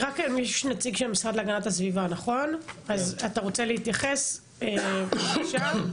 נציג המשרד להגנת הסביבה אתה רוצה להתייחס בבקשה,